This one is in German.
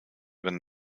wenn